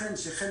יתכן שחלק